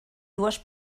dues